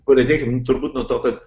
pradėkim turbūt nuo to kad